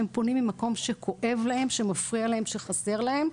הם פונים ממקום שכואב להם שמפריע להם שחסר להם,